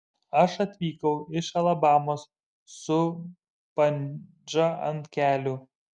aš atvykau iš alabamos su bandža ant kelių